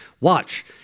Watch